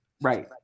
Right